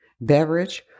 beverage